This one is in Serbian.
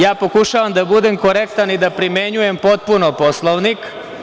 Ja pokušavam da budem korektan i da primenjujem potpuno Poslovnik.